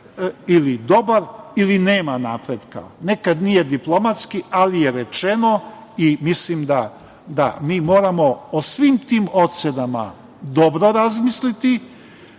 ili dobar ili nema napretka. Nekad nije diplomatski, ali je rečeno i mislim da mi moramo o svim tim ocenama dobro razmisliti,